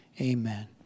amen